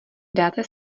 dáte